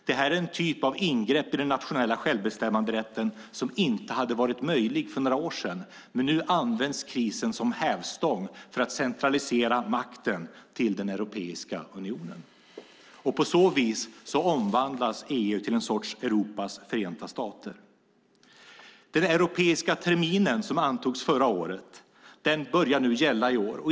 Detta är en typ av ingrepp i den nationella självbestämmanderätten som inte hade varit möjlig för några år sedan, men nu används krisen som hävstång för att centralisera makten till Europeiska unionen. På så vis omvandlas EU till en sorts Europas förenta stater. Den europeiska terminen, som antogs förra året, börjar nu gälla i år.